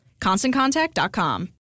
ConstantContact.com